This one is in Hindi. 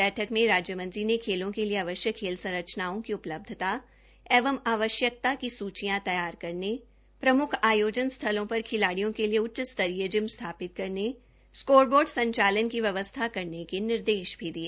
बैठक में राज्य मंत्री ने खेलों के लिए आवश्यक खेल संरचनाओं की उपलब्धता एवं आवश्यकता की सूचियां तैयार करने प्रम्ख आयोजन स्थलों पर खिलाडियों के लिए उच्च स्तरीय जिम स्थापित करने स्कोर बोर्ड संचालन करने की व्यवस्था करने के निर्देश भी दिए